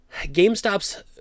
GameStop's